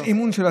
לא לומדים,